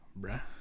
bruh